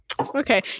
Okay